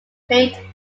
played